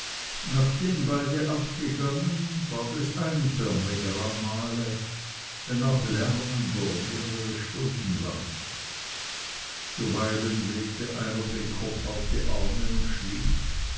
nachdem beide abgegangen ward es einförmiger am mahle wenn auch lärmender mehrere stunden lang zuweilen legte einer den kopf auf die arme und schlief